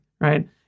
right